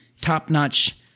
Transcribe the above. top-notch